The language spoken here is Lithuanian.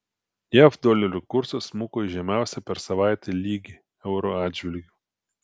jav dolerio kursas smuko į žemiausią per savaitę lygį euro atžvilgiu